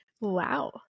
Wow